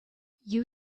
you